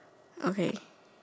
okay